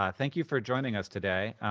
um thank you for joining us today.